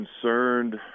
concerned